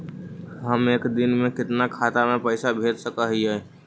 हम एक दिन में कितना खाता में पैसा भेज सक हिय?